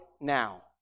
now